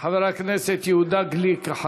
יהודה גליק.